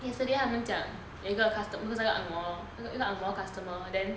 yesterday 他们讲有一个 customer 不是那个 ang moh lor 一个 ang moh customer then